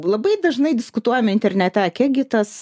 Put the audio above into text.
labai dažnai diskutuojame internete kiek gi tas